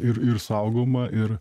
ir ir saugoma ir